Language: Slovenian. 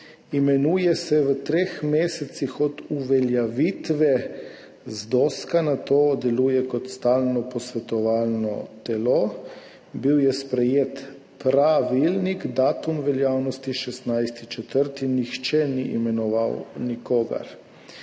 imenuje v treh mesecih od uveljavitve ZDOsk, nato deluje kot stalno posvetovalno telo. Sprejet je bil pravilnik, datum veljavnosti 16. 4., nihče ni imenoval nikogar.